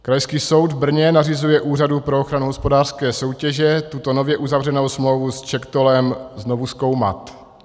Krajský soud v Brně nařizuje Úřadu pro ochranu hospodářské soutěže tuto nově uzavřenou smlouvu s CzechTollem znovu zkoumat.